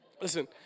Listen